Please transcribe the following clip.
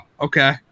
okay